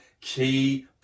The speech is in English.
key